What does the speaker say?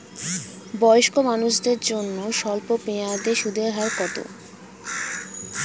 বয়স্ক মানুষদের জন্য স্বল্প মেয়াদে সুদের হার কত?